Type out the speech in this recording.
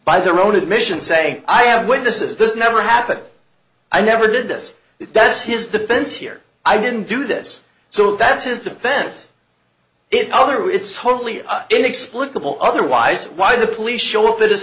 by their own admission say i have witnesses this never happened i never did this that's his defense here i didn't do this so that's his defense if the other way it's totally inexplicable otherwise why the police show up at his